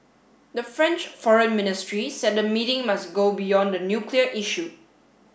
the French Foreign Ministry said the meeting must go beyond the nuclear issue